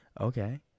Okay